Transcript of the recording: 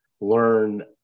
learn